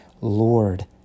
Lord